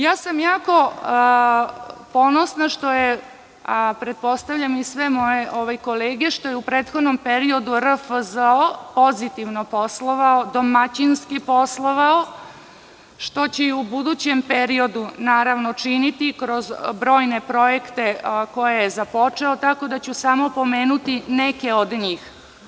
Jako sam ponosna, pretpostavljam i sve moje kolege, što je u prethodnom periodu RFZO pozitivno poslovao, domaćinski poslovao, što će i u budućem periodu činiti kroz brojne projekte koje je započeo tako da ću samo pomenuti neke od njih.